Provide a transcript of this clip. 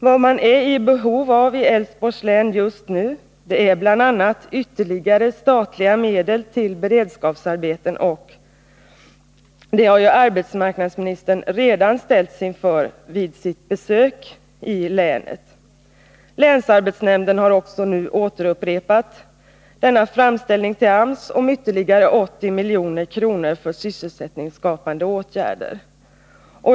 Det man är i behov av i Älvsborgs län just nu är bl.a. ytterligare statliga medel till beredskapsarbeten, och det kravet har arbetsmarknadsministern redan ställts inför vid sitt besök i länet. Länsarbetsnämnden har också upprepat denna framställning till AMS om ytterligare 80 milj.kr. för sysselsättningsskapande åtgärder.